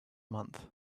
month